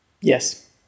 Yes